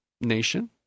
nation